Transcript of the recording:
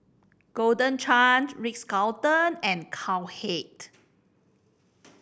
Golden Chance Ritz Carlton and Cowhead